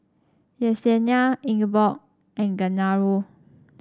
Yessenia Ingeborg and Genaro